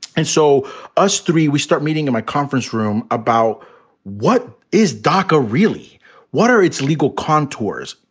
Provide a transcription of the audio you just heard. and so us three, we start meeting in my conference room about what is doca really what are its legal contours?